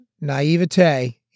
naivete